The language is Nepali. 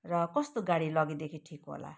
र कस्तो गाडी लगेदेखि ठिक होला